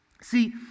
See